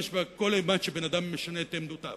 בה כל אימת שבן-אדם משנה את עמדותיו.